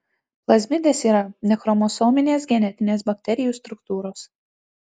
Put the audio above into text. plazmidės yra nechromosominės genetinės bakterijų struktūros